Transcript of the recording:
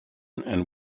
and